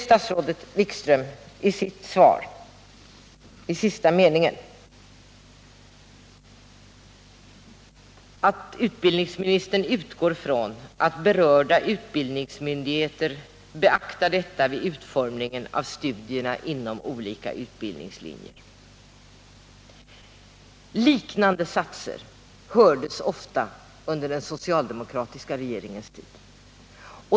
Statsrådet Wikström säger i sista meningen i sitt svar: ”Jag utgår från att berörda utbildningsmyndigheter beaktar detta vid utformningen av studierna inom olika utbildningslinjer.” Liknande satser hördes ofta under den socialdemokratiska regeringens tid.